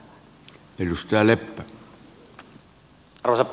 arvoisa puhemies